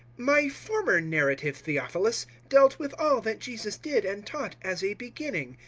my former narrative, theophilus, dealt with all that jesus did and taught as a beginning,